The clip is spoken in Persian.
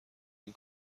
این